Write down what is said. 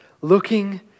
Looking